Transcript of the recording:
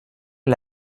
est